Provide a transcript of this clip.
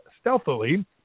stealthily